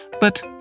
but